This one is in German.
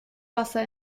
wasser